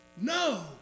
No